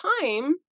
time